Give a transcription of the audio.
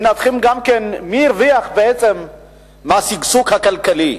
מנתחים גם מי הרוויח בעצם מהשגשוג הכלכלי: